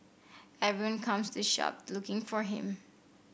everyone comes to the shop looking for him